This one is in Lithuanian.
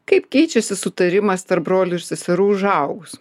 kaip keičiasi sutarimas tarp brolių ir seserų užaugus